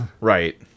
Right